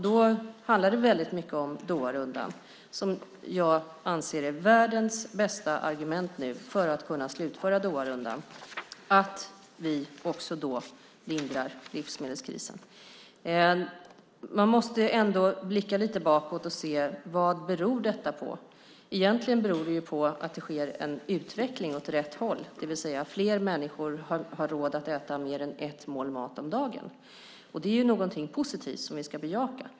Då handlar det i väldigt hög grad om Doharundan, och jag anser att det är världens bästa argument för att kunna slutföra Doharundan att vi också då lindrar livsmedelskrisen. Man måste ändå blicka lite bakåt och se vad detta beror på. Egentligen beror det ju på att det sker en utveckling åt rätt håll. Fler människor har råd att äta mer än ett mål mat om dagen. Det är ju någonting positivt som vi ska bejaka.